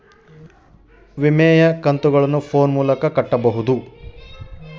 ವಿಮೆಯ ಕಂತುಗಳನ್ನ ಫೋನ್ ಮೂಲಕ ಕಟ್ಟಬಹುದಾ?